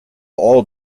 all